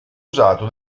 usato